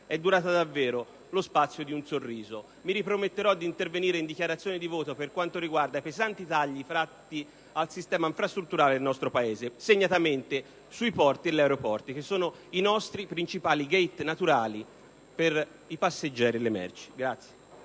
è durata davvero lo spazio di un sorriso. Mi riprometto di intervenire in dichiarazione di voto per quanto riguarda i pesanti tagli fatti al sistema infrastrutturale del nostro Paese, segnatamente sui porti e sugli aeroporti, che sono i nostri principali *gate* naturali per passeggeri e merci.